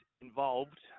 involved